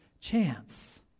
chance